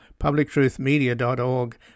publictruthmedia.org